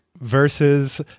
versus